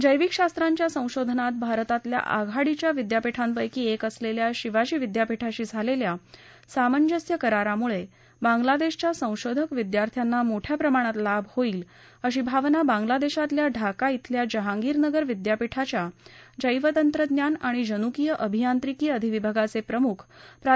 जैविक शास्त्रांच्या संशोधनात भारतातील आघाडीच्या विद्यापीठांपैकी एक असलेल्या शिवाजी विद्यापीठाशी झालेल्या सामंजस्य करारामुळे बांगलादेशच्या संशोधक विद्यार्थ्यांना मोठ्या प्रमाणात लाभ होईल अशी भावना बांगलादेशातल्या ढाका श्विल्या जहाँगीरनगर विद्यापीठाच्या जैवतंत्रज्ञान आणि जनुकीय अभियांत्रिकी अधिविभागाचे प्रमुख प्रा